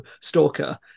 Stalker